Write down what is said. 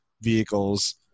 vehicles